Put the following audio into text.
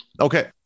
Okay